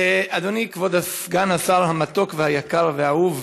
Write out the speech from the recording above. אדוני כבוד סגן השר המתוק, היקר והאהוב,